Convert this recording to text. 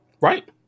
Right